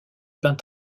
peint